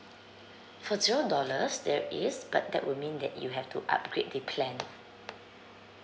for zero dollars there is but that would mean that you have to upgrade the plan